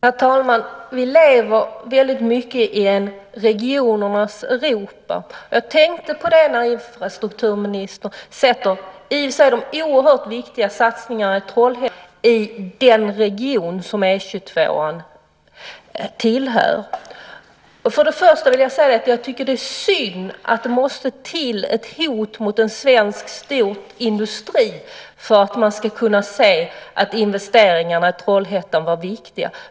Herr talman! Vi lever mycket i ett regionernas Europa. Jag tänkte på det när infrastrukturministern satte de i och för sig oerhört viktiga satsningarna i Trollhättan mot satsningarna i den region som E 22 tillhör. Först och främst tycker jag att det är synd att det måste till ett hot mot en svensk stor industri för att man ska kunna se att investeringarna i Trollhättan är viktiga.